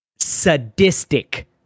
sadistic